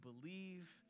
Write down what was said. believe